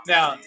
Now